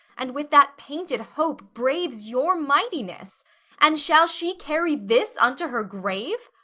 and with that painted hope braves your mightiness and shall she carry this unto her grave?